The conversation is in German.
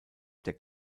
der